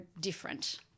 different